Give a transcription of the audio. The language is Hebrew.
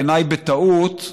בעיניי בטעות,